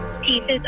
pieces